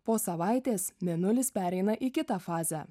po savaitės mėnulis pereina į kitą fazę